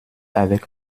avec